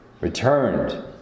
returned